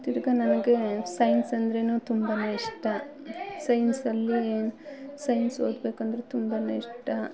ತಿರ್ಗ ನನಗೆ ಸೈನ್ಸಂದ್ರೆ ತುಂಬ ಇಷ್ಟ ಸೈನ್ಸಲ್ಲಿ ಸೈನ್ಸ್ ಓದಬೇಕಂದ್ರು ತುಂಬ ಇಷ್ಟ